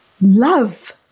love